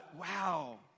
wow